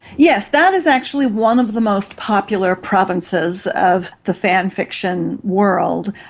yes, that is actually one of the most popular provinces of the fan fiction world.